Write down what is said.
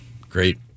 Great